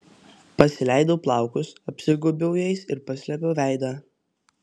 pasileidau plaukus apsigaubiau jais ir paslėpiau veidą